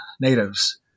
natives